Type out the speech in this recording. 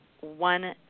one